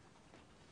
משהו?